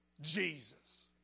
Jesus